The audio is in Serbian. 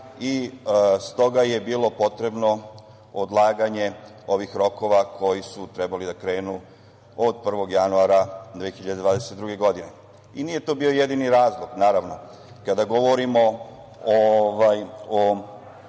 i stoga je bilo potrebno odlaganje ovih rokova koji su trebali da krenu od 1. januara 2022. godine. Nije to bio jedini razlog, naravno, kada govorimo o